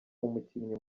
umukinnyi